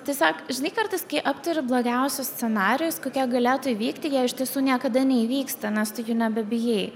tiesiog žinai kartais kai aptari blogiausius scenarijus kokie galėtų įvykti jei iš tiesų niekada neįvyksta nes tu jų nebebijai